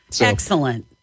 Excellent